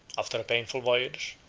after a painful voyage,